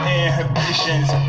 inhibitions